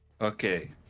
Okay